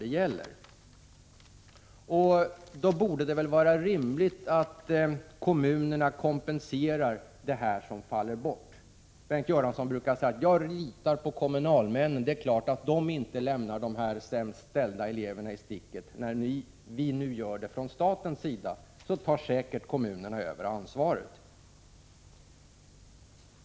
Då borde det enligt skolministern vara rimligt att kommunerna kompenserar det som faller bort. Bengt Göransson brukar säga att han litar på kommunalmännen. Han är säker på att de inte lämnar de sämst ställda eleverna i sticket. När man nu gör det från statens sida, litar Bengt Göransson på att kommunerna tar över ansvaret.